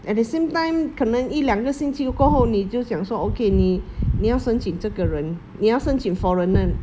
at the same time 可能一两个星期过后你就讲说 okay 你你要申请这个人你要申请 foreigner